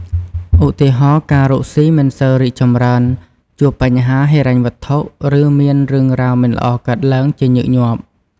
ឧទាហរណ៍ ការរកស៊ីអាចមិនសូវរីកចម្រើន ជួបបញ្ហាហិរញ្ញវត្ថុ ឬមានរឿងរ៉ាវមិនល្អកើតឡើងជាញឹកញាប់។